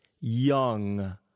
young